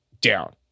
down